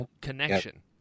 connection